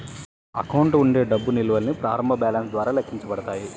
account ఉండే డబ్బు నిల్వల్ని ప్రారంభ బ్యాలెన్స్ ద్వారా లెక్కించబడతాయి